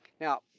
Now